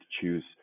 choose